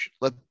let